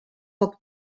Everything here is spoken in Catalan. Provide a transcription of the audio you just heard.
poc